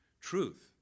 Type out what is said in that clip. truth